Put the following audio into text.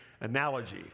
analogy